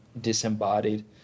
disembodied